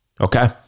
Okay